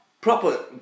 proper